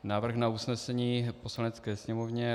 Návrh na usnesení Poslanecké sněmovně.